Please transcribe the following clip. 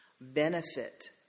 benefit